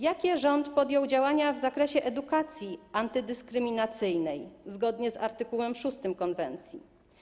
Jakie rząd podjął działania w zakresie edukacji antydyskryminacyjnej zgodnie z art. 6 konwencji?